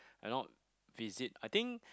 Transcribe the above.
and not visit I think